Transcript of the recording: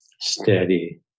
Steady